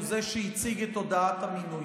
הוא שהציג את הודעת המינוי.